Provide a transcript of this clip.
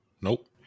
Nope